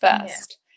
first